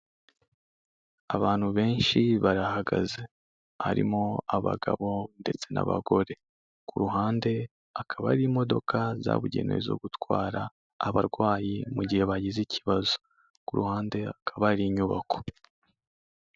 Abantu benshi barahagaze, harimo abagabo ndetse n'abagore, ku ruhande akaba ari imodoka zabugenewe zo gutwara abarwayi mu gihe bagize ikibazo, ku ruhande hakaba hari inyubako.